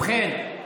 ובכן,